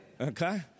Okay